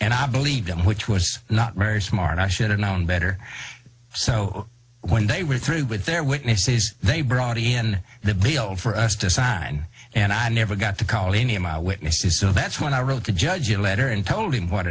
and i believe them which was not very smart i should have known better so when they were through with their witnesses they brought in the bill for us to sign and i never got to call any of my witnesses so that's when i wrote the judge a letter and told him what